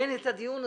אין את הדיון הזה.